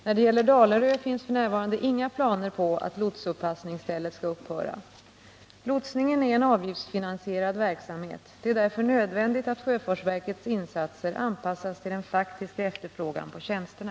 När det gäller Dalarö finns f. n. inga planer på att lotsuppassningsstället skall upphöra. Lotsningen är en avgiftsfinansierad verksamhet. Det är därför nödvändigt att sjöfartsverkets insatser anpassas till den faktiska efterfrågan på tjänsterna.